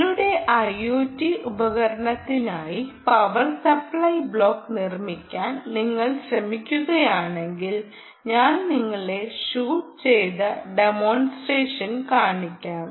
നിങ്ങളുടെ IoT ഉപകരണത്തിനായി power supply block നിർമ്മിക്കാൻ നിങ്ങൾ ശ്രമിക്കുകയാണെങ്കിൽ ഞാൻ നിങ്ങളെ ഷൂഡ് ചെയ്ത ഡമോൺസ്ട്രേഷൻ കാണിക്കാം